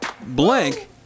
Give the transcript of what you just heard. Blank